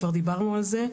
כבר דיברנו על זה.